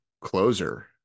closer